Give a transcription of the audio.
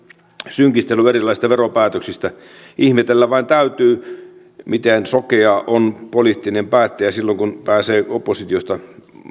synkistelyyn erilaisista veropäätöksistä ihmetellä vain täytyy miten sokea on poliittinen päättäjä silloin kun pääsee oppositiosta